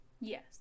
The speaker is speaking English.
Yes